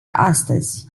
astăzi